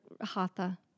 hatha